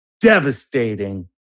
devastating